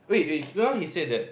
wait wait just now he said that